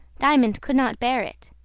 diamond could not bear it.